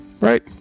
Right